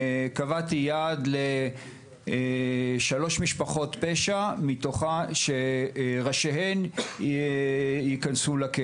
קבעתי יעד להכניס לכלא את ראשיהן של שלוש משפחות פשע.